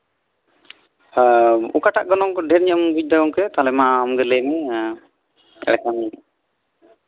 ᱚ ᱚᱠᱟᱴᱟᱜ ᱜᱚᱱᱚᱝ ᱰᱷᱮᱨ ᱧᱚᱜ ᱮᱢ ᱵᱩᱡᱽᱫᱟ ᱜᱚᱢᱠᱮ ᱛᱟᱦᱞᱮ ᱟᱢᱜᱮ ᱞᱟᱹᱭᱢᱮ ᱮᱱᱰᱮ ᱠᱷᱟᱱ